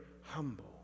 humble